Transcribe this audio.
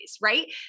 right